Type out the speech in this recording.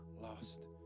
lost